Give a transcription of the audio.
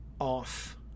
off